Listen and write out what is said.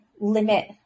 limit